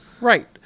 right